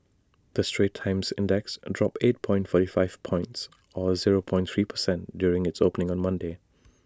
the straits times index dropped eight four five points or zero point three per cent during its opening on Monday